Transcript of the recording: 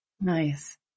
Nice